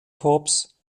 corps